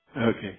Okay